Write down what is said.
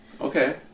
Okay